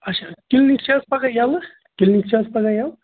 اچھا کِلنِک چھِ حظ پگاہ ییٚلہٕ کِلنِک چھِ حظ پگاہ ییٚلہٕ